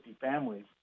families